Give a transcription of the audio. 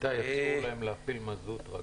אסור להם להפעיל מזוט.